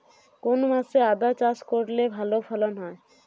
কোন মাসে আদা চাষ করলে ভালো ফলন হয়?